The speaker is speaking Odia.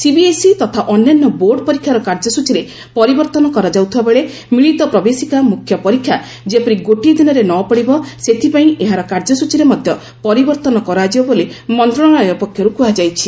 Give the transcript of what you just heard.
ସିବିଏସ୍ଇ ତଥା ଅନ୍ୟାନ୍ୟ ବୋର୍ଡ ପରୀକ୍ଷାର କାର୍ଯ୍ୟସୂଚୀରେ ପରିବର୍ତ୍ତନ କରାଯାଉଥିବା ବେଳେ ମିଳିତ ପ୍ରବେଶିକା ମୁଖ୍ୟ ପରୀକ୍ଷା ଯେପରି ଗୋଟିଏ ଦିନରେ ନପଡ଼ିବ ସେଥିପାଇଁ ଏହାର କାର୍ଯ୍ୟସୂଚୀରେ ମଧ୍ୟ ପରିବର୍ତ୍ତନ କରାଯିବ ବୋଲି ମନ୍ତ୍ରଣାଳୟ ପକ୍ଷରୁ କୁହାଯାଇଛି